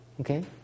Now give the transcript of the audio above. Okay